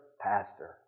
pastor